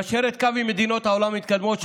ישראל מיישרת קו עם מדינות העולם המתקדמות,